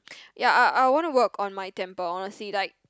ya I I want to work on my temper honestly like